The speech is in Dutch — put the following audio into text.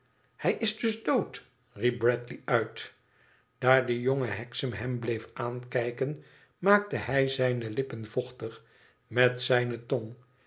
hij is dus dood i riep bradley uit daar de jonge hexam hem bleef aankijken maakte hij zijne lippen vochtig met zijne tong